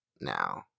now